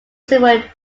several